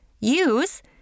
Use